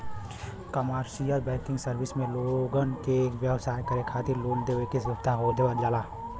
commercial banking service में लोगन के व्यवसाय करे खातिर लोन देवे के सुविधा देवल जाला